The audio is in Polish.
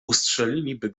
ustrzeliliby